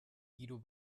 guido